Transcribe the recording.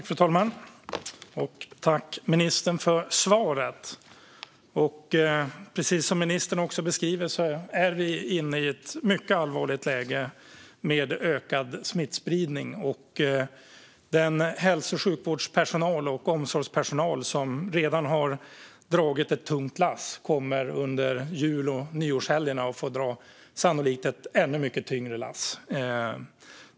Fru talman! Tack, ministern, för svaret! Precis som ministern beskrev är vi inne i ett mycket allvarligt läge med ökad smittspridning. Den hälso och sjukvårdpersonal och omsorgspersonal som redan har dragit ett tungt lass kommer under jul och nyårshelgerna sannolikt att få dra ett ännu mycket tyngre lass.